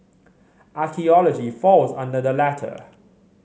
archaeology falls under the latter